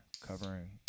covering